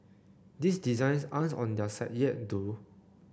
these designs aren't on their site yet though